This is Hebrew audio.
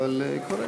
קורה.